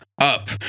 up